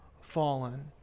fallen